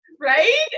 right